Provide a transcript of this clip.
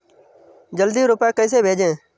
जल्दी रूपए कैसे भेजें?